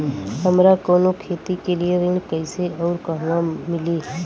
हमरा कवनो खेती के लिये ऋण कइसे अउर कहवा मिली?